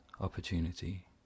Opportunity